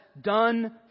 done